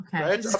okay